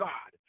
God